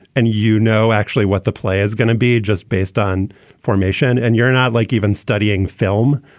and you know, actually what the play is going to be just based on formation. and you're not like even studying film.